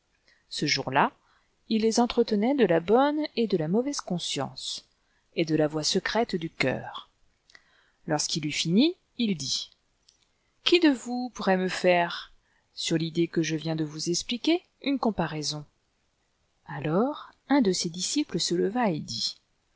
ce jour-là il les entretenait de la bonne et de la mauvaise conscience et de la voix secrète du cœur lorsqu'il eut uni il dit qui de vous pourrait me faire sur i idée que jo viens de vous expliquer une comparaison alors un de ses disciples se leva et dit